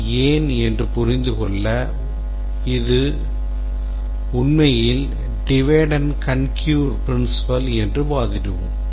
அது ஏன் என்று புரிந்து கொள்ள இது உண்மையில் divide and conquer principle என்று வாதிடுவோம்